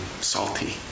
salty